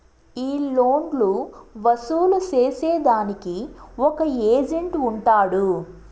ఈ లోన్లు వసూలు సేసేదానికి ఒక ఏజెంట్ ఉంటాడు